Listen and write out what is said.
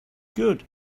good